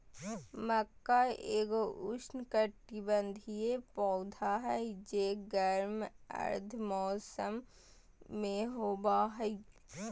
मक्का एगो उष्णकटिबंधीय पौधा हइ जे गर्म आर्द्र मौसम में होबा हइ